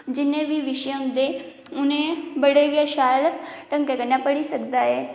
जिन्ने बी विशै होंदे उ'नें बडे़ गै शैल ढंगै कन्नै पढ़ी सकदा ऐ